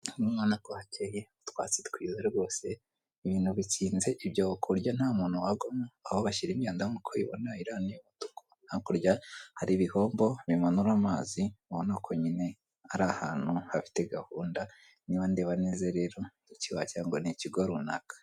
Hano urabona ko hakeye, utwatsi twiwe rwose. Ibintu bikinze ibyobo kuburyo nta muntu wagwamo. Aho bashyira imyanda nk'uko ubibona ni muri iriya ngarani y'umutuku. Hakurya hari ibihombo bimanura amazi, ubona ko nyine ari ahantu hafite gahunda. Niba ndeba neza rero iki wagira ngo ni ikigo runaka.